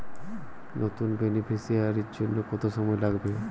নতুন বেনিফিসিয়ারি জন্য কত সময় লাগবে?